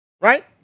Right